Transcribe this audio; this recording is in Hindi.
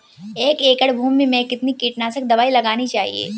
एक एकड़ भूमि में कितनी कीटनाशक दबाई लगानी चाहिए?